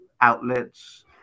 outlets